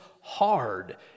hard